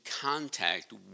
contact